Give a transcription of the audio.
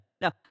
No